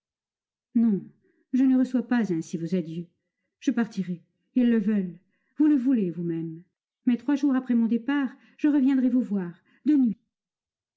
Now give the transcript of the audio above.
non je ne reçois pas ainsi vos adieux je partirai ils le veulent vous le voulez vous-même mais trois jours après mon départ je reviendrai vous voir